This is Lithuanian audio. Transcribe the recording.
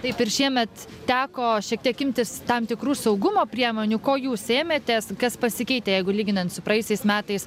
taip ir šiemet teko šiek tiek imtis tam tikrų saugumo priemonių ko jūs ėmėtės kas pasikeitė jeigu lyginant su praėjusiais metais